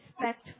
respect